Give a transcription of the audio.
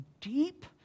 deep